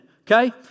okay